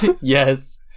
yes